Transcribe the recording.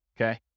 okay